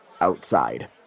outside